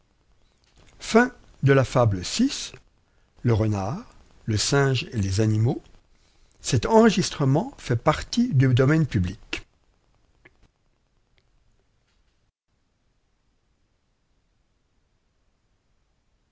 table le renard lesinge et les animaux